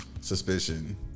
suspicion